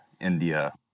India